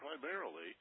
primarily